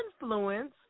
influence